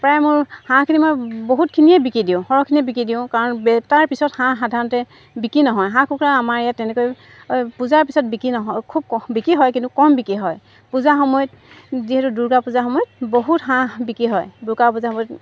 প্ৰায় মোৰ হাঁহখিনি মই বহুতখিনিয়ে বিকি দিওঁ সৰহখিনিয়ে বিকি দিওঁ কাৰণ বে তাৰ পিছত হাঁহ সাধাৰণতে বিকি নহয় হাঁহ কুকুৰা আমাৰ ইয়াত তেনেকৈ পূজাৰ পিছত বিকি নহয় খুব ক বিকি হয় কিন্তু কম বিকি হয় পূজা সময়ত যিহেতু দুৰ্গা পূজা সময়ত বহুত হাঁহ বিকি হয় দুৰ্গা পূজা সময়ত